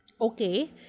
Okay